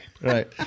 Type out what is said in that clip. right